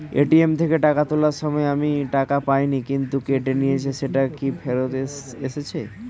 ATM থেকে টাকা তোলার সময় আমি টাকা পাইনি কিন্তু কেটে নিয়েছে সেটা কি ফেরত এসেছে?